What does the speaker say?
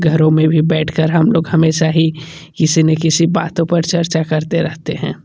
घरों में भी बैठ कर हमलोग हमेशा ही किसी न किसी बातों पर चर्चा करते रहते हैं